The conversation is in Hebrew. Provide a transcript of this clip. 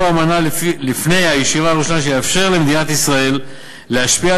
האמנה לפני הישיבה הראשונה יאפשר למדינת ישראל להשפיע על